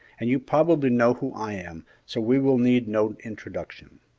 and you probably know who i am, so we will need no introduction.